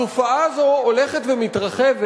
התופעה הזאת הולכת ומתרחבת,